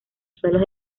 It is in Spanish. suelos